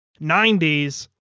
90s